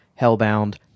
Hellbound